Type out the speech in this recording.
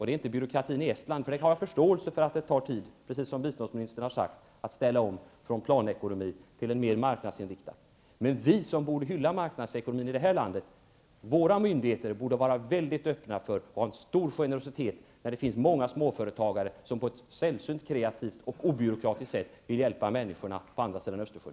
Det är inte byråkratin i Estland. Jag har förståelse för att det, precis som biståndsministern har sagt, tar tid att ställa om från planekonomi till en mer marknadsinriktad ekonomi. Men i det här landet, där vi borde hylla marknadsekonomin, borde myndigheterna var mycket öppna för och ha stor generositet gentemot de många småföretagare som på ett sällsynt kreativt och obyråkratiskt sätt vill hjälpa människorna på andra sidan Östersjön.